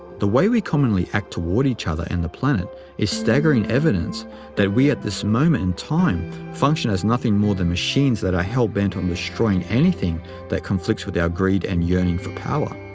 the way we commonly act toward each other and the planet is staggering evidence that we at this moment in time function as nothing more than machines that are hell-bent on destroying anything that conflicts with our greed and yearning for power.